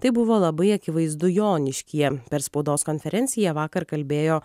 tai buvo labai akivaizdu joniškyje per spaudos konferenciją vakar kalbėjo